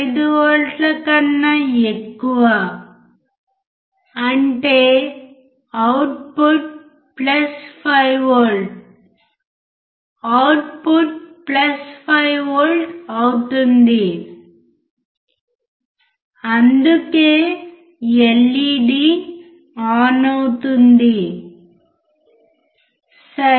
5 వోల్ట్ల కన్నా ఎక్కువ అంటే output plus 5V output plus 5 volt అవుతుంది అందుకే ఎల్ఇడి ఆన్ అవుతుంది సరే